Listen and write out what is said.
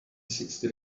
sixty